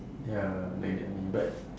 ya like that only but